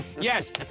yes